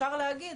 אפשר להגיד,